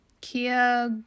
Kia